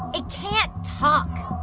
it can't talk.